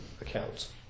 accounts